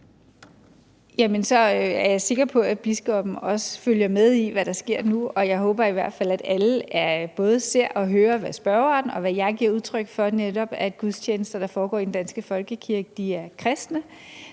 er jeg sikker på, at biskoppen også følger med i, hvad der sker nu, og jeg håber i hvert fald, at alle både ser og hører, hvad spørgeren og jeg giver udtryk for, netop at gudstjenester, der foregår i den danske folkekirke, er kristne.